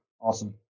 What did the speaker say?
Awesome